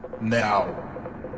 Now